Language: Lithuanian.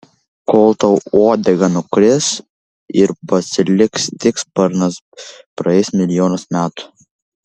kol tau uodega nukris ir pasiliks tik sparnas praeis milijonas metų